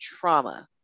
trauma